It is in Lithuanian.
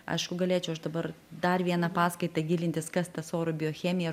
aišku galėčiau aš dabar dar vieną paskaitą gilintis kas ta sorų biochemija